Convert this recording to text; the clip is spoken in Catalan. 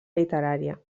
literària